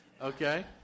Okay